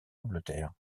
angleterre